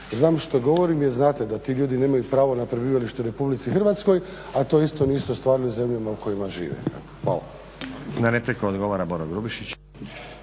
Znam što govorim jer znate da ti ljudi nemaju pravo na prebivalište u RH, a to isto nisu ostvarili u zemljama u kojima žive. Hvala. **Stazić, Nenad (SDP)** Na repliku odgovara Boro Grubišić.